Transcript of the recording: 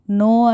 no